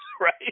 right